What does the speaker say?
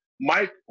Mike